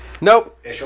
Nope